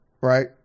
Right